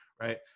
right